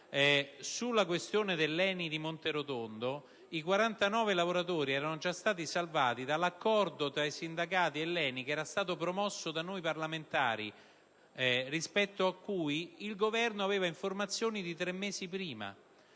la questione dell'ENI di Monterotondo. I 49 lavoratori erano stati salvati dall'accordo tra i sindacati e l'ENI, accordo promosso da noi parlamentari, e rispetto al quale il Governo aveva informazioni di tre mesi prima.